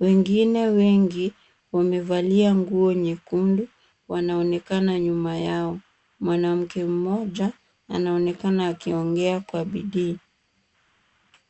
Wengine wengi wamevalia nguo nyekundu, wanaonekana nyuma yao. Mwanamke mmoja anaonekana akiongea kwa bidii.